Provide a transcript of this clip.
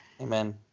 Amen